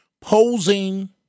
posing